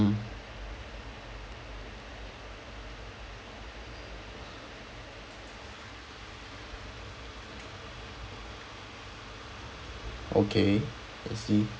mm okay I see